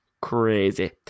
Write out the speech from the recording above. Crazy